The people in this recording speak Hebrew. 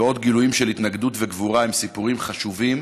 ועוד גילויים של התנגדות וגבורה הם סיפורים חשובים